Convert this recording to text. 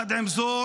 יחד עם זאת,